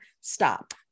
Stop